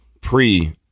pre-